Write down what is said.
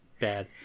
bad